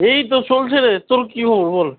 এই তো চলছে রে তোর কী খবর বল